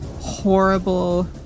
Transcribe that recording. horrible